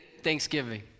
Thanksgiving